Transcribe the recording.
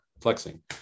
flexing